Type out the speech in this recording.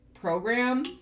program